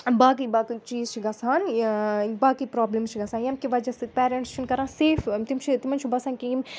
باقٕے باقٕے چیٖز چھِ گَژھان باقٕے پرٛابلِم چھِ گژھان ییٚمہِ کہِ وَجہ سۭتۍ پٮ۪رَنٛٹٕس چھِنہٕ کَران سیف تِم چھِ تِمَن چھُ باسان کہِ یِم